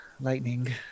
Lightning